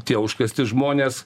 tie užkasti žmonės